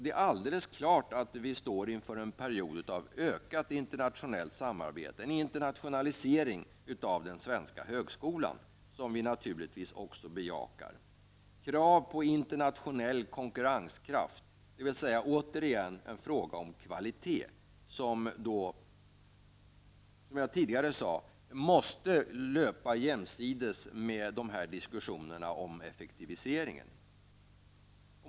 Det är alldeles klart att vi står inför en period av ökat internationellt samarbete, en internationalisering av den svenska högskolan, något som vi naturligtvis också bejakar. Kravet på internationell konkurrenskraft, dvs. återigen en fråga om kvalitet, måste löpa jämsides med diskussionerna om effektivisering.